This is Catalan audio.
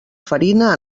farina